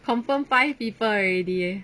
confirm five people already eh